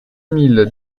mille